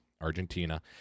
Argentina